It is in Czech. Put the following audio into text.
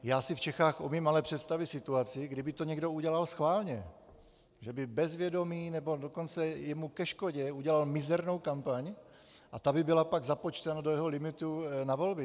Já si v Čechách umím ale představit situaci, kdy by to někdo udělal schválně, že by bez vědomí, nebo dokonce jemu ke škodě udělal mizernou kampaň a ta by byla pak započtena do jeho limitu na volby.